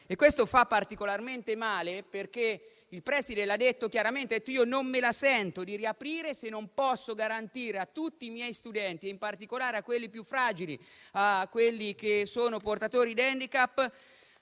Questo fa particolarmente male perché il preside ha detto chiaramente che non se la sente di riaprire se non può garantire a tutti i suoi studenti - in particolare a quelli più fragili e portatori di *handicap*